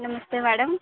नमस्ते madam